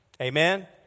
Amen